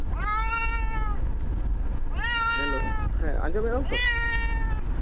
hello ᱦᱮᱸ ᱟᱸᱡᱚᱢᱮᱜᱼᱟᱢ ᱛᱚ